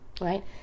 Right